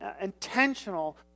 intentional